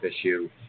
issue